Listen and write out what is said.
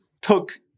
took